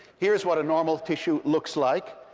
here is what a normal tissue looks like.